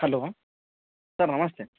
hello sir ನಮಸ್ತೆ